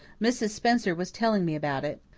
mrs. spencer was telling me about it.